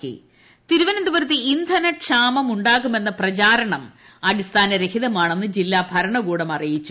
ട്ട ഇന്ധനക്ഷാമം തിരുവനന്തപുരത്ത് ഇന്ധനക്ഷാമം ഉണ്ടാകുമെന്ന പ്രചരണം അടിസ്ഥാനരഹിതമാണെന്ന് ജില്ലാ ഭരണകൂട്ടും അറിയിച്ചു